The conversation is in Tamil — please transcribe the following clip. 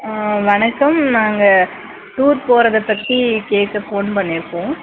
ஆ வணக்கம் நாங்கள் டூர் போகிறத பற்றி கேட்க ஃபோன் பண்ணியிருக்கோம்